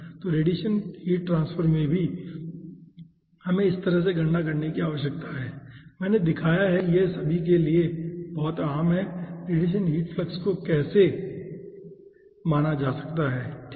तो radiation heat transfer में भी हमें इस तरह से गणना करने की आवश्यकता है मैंने दिखाया है कि यह हम सभी के लिए बहुत आम है कि रेडिएशन हीट फ्लक्स को कैसे माना जा सकता है ठीक है